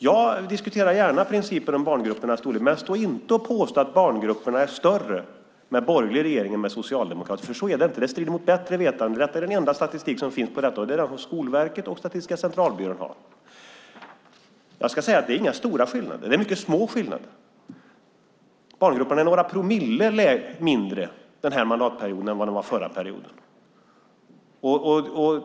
Jag diskuterar gärna principen om barngruppernas storlek, men stå inte här och påstå att barngrupperna är större med en borgerlig regering än med en socialdemokratisk, för så är det inte. Det strider mot bättre vetande. Den enda statistik som finns på detta område är den från Skolverket och Statistiska centralbyrån. Jag ska säga att det inte är några stora skillnader. Det är mycket små skillnader. Barngrupperna är några promille mindre den här mandatperioden än vad de var under förra perioden.